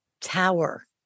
tower